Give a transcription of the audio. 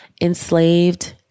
enslaved